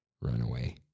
runaway